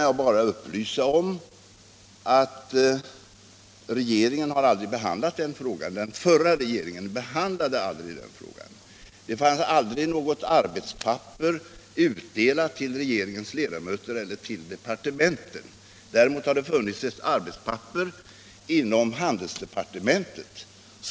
Jag kan upplysa om att den förra regeringen aldrig behandlade den frågan. Det fanns inte något arbetspapper utdelat till regeringens ledamöter eller till departementen. Däremot fanns det ett arbetspapper inom handelsdepartementet.